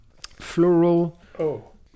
floral